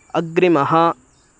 अग्रिमः